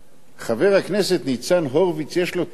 חבר הכנסת ניצן הורוביץ יש לו טענות